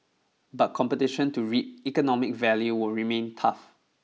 but competition to reap economic value will remain tough